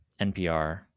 NPR